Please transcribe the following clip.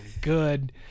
good